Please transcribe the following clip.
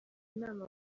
inama